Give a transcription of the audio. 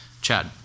Chad